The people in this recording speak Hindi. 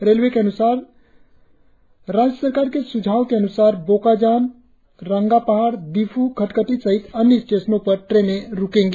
रेलवे के अन्सार देने राज्य सरकार के स्झाव के अन्सार बोकाजान रंगापहाड़ दीफ् खटखटी सहित अन्य स्टेशनों पर रुकेगी